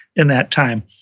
in that time.